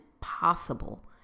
possible